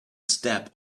step